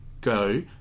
go